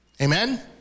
Amen